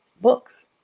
books